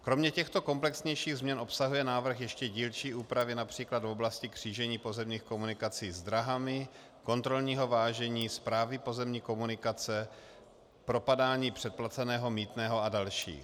Kromě těchto komplexnějších změn obsahuje návrh ještě dílčí úpravy například v oblasti křížení pozemních komunikací s dráhami, kontrolního vážení, správy pozemní komunikace, propadání předplaceného mýtného a další.